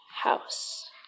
house